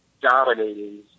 dominating